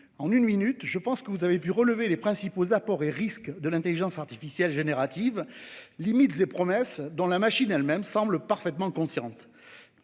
En une minute, je pense que vous avez pu relever les principaux apports et risques de l'intelligence artificielle générative, limites et promesses dont la machine elle-même semble parfaitement consciente.